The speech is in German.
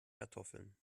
kartoffeln